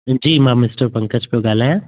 जी मां मिस्टर पंकज पियो ॻाल्हायां